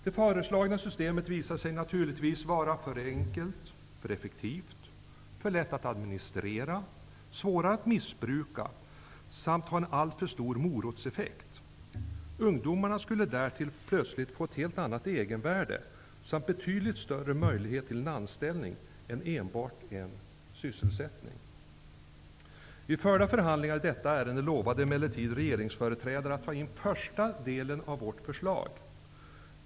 Det föreslagna systemet visade sig naturligtvis vara för enkelt, för effektivt, för lätt att administrera, svårare att missbruka samt ha en alltför stor morotseffekt. Ungdomarna skulle därtill plötsligt få ett helt annat ''egenvärde'' samt en betydligt större möjlighet till en anställning än enbart en sysselsättning. Vid förda förhandlingar i detta ärende lovade emellertid regeringsföreträdare att ta in första delen av vårt förslag.